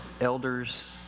elders